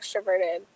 extroverted